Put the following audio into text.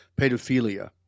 pedophilia